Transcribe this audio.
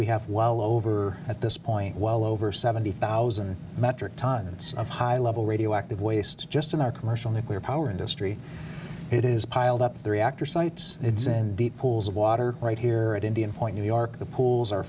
we have well over at this point well over seventy thousand metric tons of high level radioactive waste just in our commercial nuclear power industry it is piled up the reactor sites it's in deep pools of water right here at indian point new york the pools are